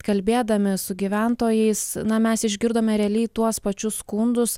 kalbėdami su gyventojais na mes išgirdome realiai tuos pačius skundus